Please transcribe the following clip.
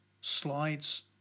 slides